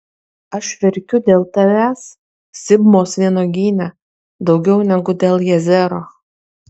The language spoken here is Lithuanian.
aš verkiu dėl tavęs sibmos vynuogyne daugiau negu dėl jazero